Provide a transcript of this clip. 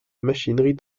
machinerie